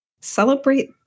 Celebrate